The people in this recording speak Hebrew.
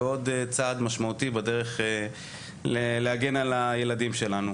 ועוד צעד משמעותי בדרך להגן על הילדים שלנו.